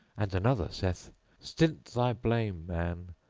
and another saith stint thy blame, man!